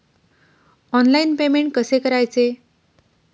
Online payment कसे करायचे?